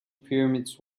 pyramids